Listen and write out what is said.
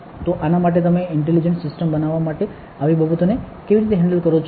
તો આના માટે તમે ઇન્ટેલિજન્ટ સિસ્ટમ્સ બનાવવા માટે આવી બાબતોને કેવી રીતે હેન્ડલ કરો છો